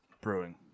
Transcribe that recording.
brewing